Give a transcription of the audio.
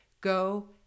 go